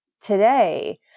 today